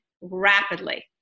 rapidly